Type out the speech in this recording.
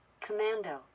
Commando